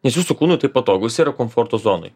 nes jūsų kūnui tai patogu jisai yra komforto zonoj